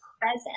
present